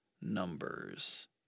numbers